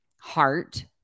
heart